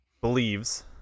believes